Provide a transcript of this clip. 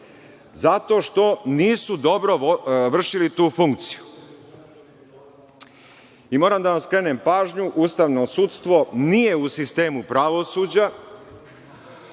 Zato što nisu dobro vršili tu funkciju. Moram da vam skrenem pažnju, ustavno sudstvo nije u sistemu pravosuđa,